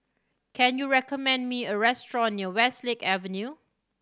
can you recommend me a restaurant near Westlake Avenue